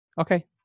Okay